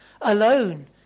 alone